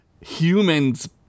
human's